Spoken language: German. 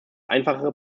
einfachere